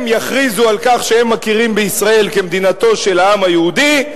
הם יכריזו על כך שהם מכירים בישראל כמדינתו של העם היהודי,